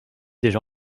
déjà